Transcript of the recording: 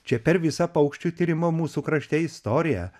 čia per visą paukščių tyrimo mūsų krašte istoriją